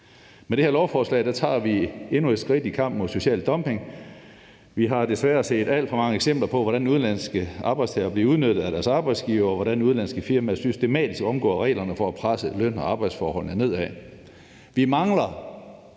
Med det her lovforslag tager vi endnu et skridt i kampen mod social dumping. Vi har desværre set alt for mange eksempler på, hvordan udenlandske arbejdstagere bliver udnyttet af deres arbejdsgivere, og på, hvordan udenlandske firmaer systematisk omgår reglerne for at presse løn- og arbejdsforholdene nedad. Vi mangler